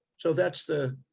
so that's the,